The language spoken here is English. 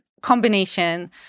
combination